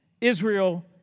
Israel